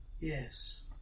yes